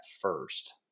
first